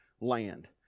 land